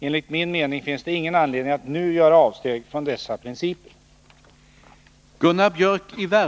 Enligt min mening finns det ingen anledning att nu göra avsteg från dessa principer.